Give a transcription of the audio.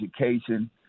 education